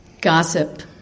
Gossip